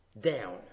down